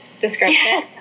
description